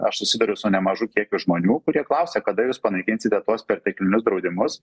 aš susiduriu su nemažu kiekiu žmonių kurie klausia kada jūs panaikinsite tuos perteklinius draudimus